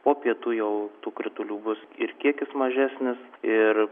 po pietų jau tų kritulių bus ir kiekis mažesnis ir